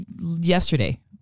yesterday